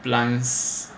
plants